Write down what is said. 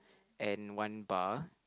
and one bar